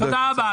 תודה רבה.